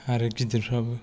आरो गिदिरफोराबो